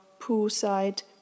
poolside